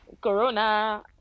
corona